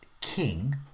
King